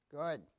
Good